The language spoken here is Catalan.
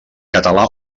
català